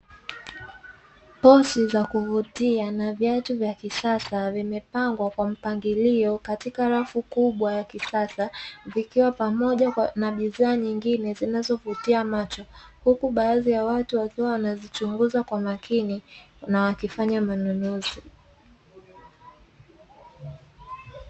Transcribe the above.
Pochi za kuvutia na viatu vya kisasa, vimepangwa kwa mpangilio katika rafu kubwa ya kisasa, vikiwa pamoja na bidhaa nyingine zinazovutia macho. Huku baadhi ya watu wakiwa wanazichunguza kwa makini na wakifanya manunuzi.